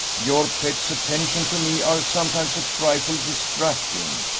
your pet's attentions to me are sometimes a trifle distracting.